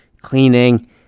cleaning